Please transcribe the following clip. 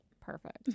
Perfect